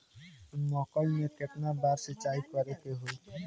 मकई में केतना बार सिंचाई करे के होई?